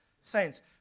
saints